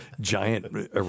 giant